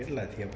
કેટલા થયા